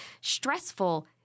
stressful